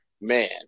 man